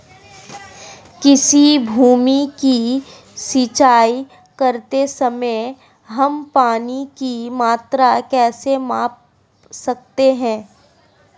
किसी भूमि की सिंचाई करते समय हम पानी की मात्रा कैसे माप सकते हैं?